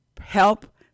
Help